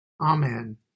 Amen